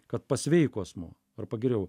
kad pasveiko asmuo arba geriau